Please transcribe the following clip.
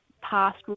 past